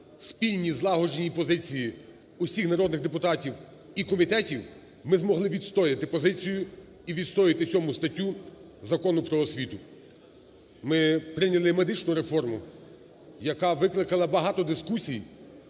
спільній, злагодженій позиції усіх народних депутатів і комітетів ми змогли відстояти позицію і відстояти 7 статтю Закону про освіту. Ми прийняли медичну реформу, яка викликала багато дискусій,